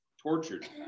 tortured